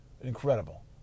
Incredible